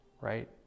Right